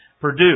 Purdue